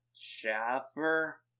Shaffer